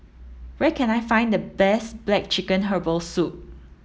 where can I find the best black chicken herbal soup